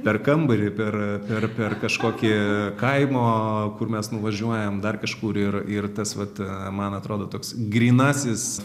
per kambarį per per per kažkokį kaimo kur mes nuvažiuojam dar kažkur ir ir tas vat man atrodo toks grynasis